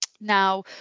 Now